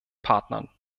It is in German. partnern